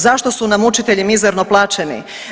Zašto su nam učitelji mizerno plaćeni?